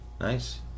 Nice